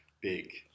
big